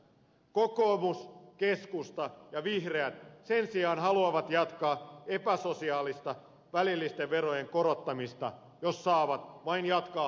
kokoomus keskusta ja vihreät sen sijaan haluavat jatkaa epäsosiaalista välillisten verojen korottamista jos saavat vain jatkaa hallituksessa